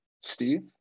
steve